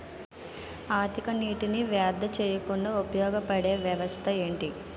అధిక నీటినీ వ్యర్థం చేయకుండా ఉపయోగ పడే వ్యవస్థ ఏంటి